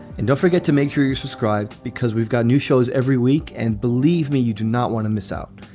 and don't forget to make sure you subscribe to because we've got new shows every week. and believe me, you do not want to miss out.